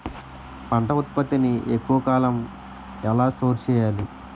పంట ఉత్పత్తి ని ఎక్కువ కాలం ఎలా స్టోర్ చేయాలి?